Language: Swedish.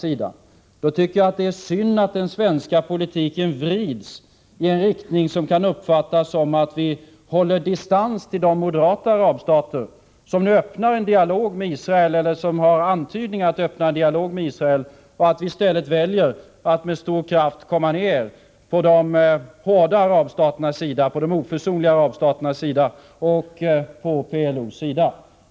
I detta läge är det synd att den svenska politiken vrids i en riktning som kan uppfattas som att vi håller distans till de moderata arabstater som nu har gjort vissa antydningar om att öppna en dialog med Israel och i stället väljer att med stor kraft ställa oss på de hårda, oförsonliga arabstaternas och PLO:s sida.